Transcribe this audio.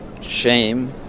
shame